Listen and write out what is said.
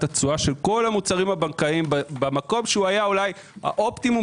התשואה של כל המוצרים הבנקאיים במקום שהיה אולי האופטימום